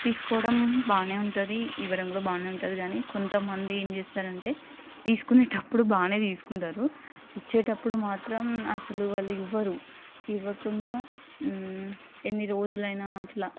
తీసుకోవడం బానే ఉంటుంది ఇవ్వడం కూడా బాగానే ఉంటుంది గానీ కొంతమంది ఏం చేస్తారంటే తీసుకునేటప్పుడు బాగానే తీసుకుంటారు ఇచ్చేటప్పుడు మాత్రం అసలు వాళ్ళు ఇవ్వరు ఇవ్వకుండా ఎన్ని రోజులైనా అట్లా